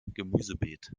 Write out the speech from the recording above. gemüsebeet